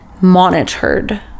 monitored